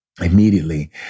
Immediately